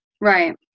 Right